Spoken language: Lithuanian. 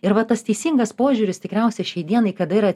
ir va tas teisingas požiūris tikriausiai šiai dienai kada yra